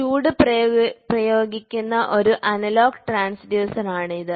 ചൂട് പ്രയോഗിക്കുന്ന ഒരു അനലോഗ് ട്രാൻസ്ഡ്യൂസറാണ് ഇത്